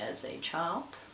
as a child